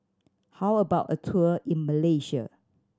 how about a tour in Malaysia